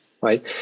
right